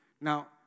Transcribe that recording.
Now